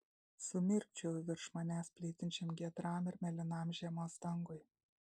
sumirkčiojau virš manęs plytinčiam giedram ir mėlynam žiemos dangui